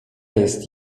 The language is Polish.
jest